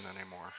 anymore